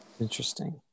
Interesting